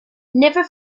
never